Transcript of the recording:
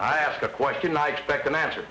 i ask a question i spec an answer